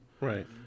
Right